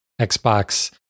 Xbox